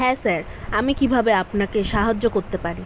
হ্যাঁ স্যার আমি কীভাবে আপনাকে সাহায্য করতে পারি